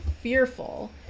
fearful